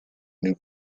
new